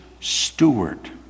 steward